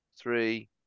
three